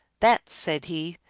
that, said he,